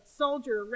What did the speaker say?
soldier